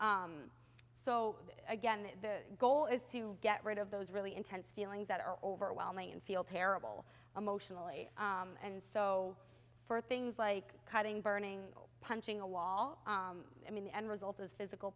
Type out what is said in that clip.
pillow so again the goal is to get rid of those really intense feelings that are overwhelming and feel terrible emotionally and so for things like cutting burning or punching a wall i mean the end result is physical